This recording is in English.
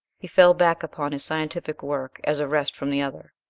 he fell back upon his scientific work as a rest from the other.